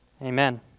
amen